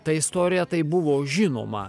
ta istorija tai buvo žinoma